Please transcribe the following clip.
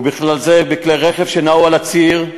ובכלל זה בכלי רכב שנעו על הציר,